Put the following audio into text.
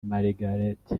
margaret